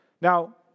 Now